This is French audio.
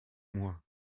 moi